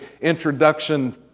introduction